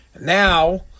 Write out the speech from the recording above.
Now